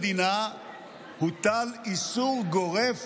הוטל איסור גורף